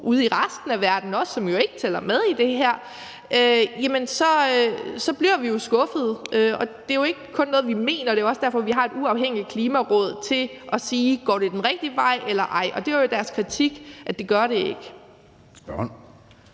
ude i resten af verden, som jo ikke tæller med i det her, så bliver vi skuffede, og det er jo ikke kun noget, vi mener. Det er også derfor, vi har et uafhængigt Klimaråd til at sige: Går det den rigtige vej eller ej? Og deres kritik er jo, at det gør det ikke.